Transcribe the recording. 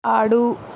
ఆడు